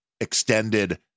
extended